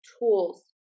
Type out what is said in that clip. tools